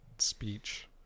Speech